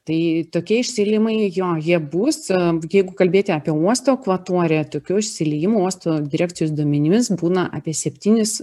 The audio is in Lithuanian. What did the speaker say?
tai tokie išsiliejimai jo jie bus e jeigu kalbėti apie uosto akvatoriją tokių išsiliejimų uosto direkcijos duomenimis būna apie septynis